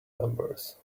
numbers